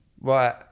Right